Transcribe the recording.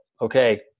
okay